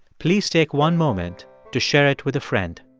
please take one moment to share it with a friend